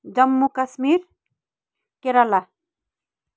Jammu Kashmir Kerala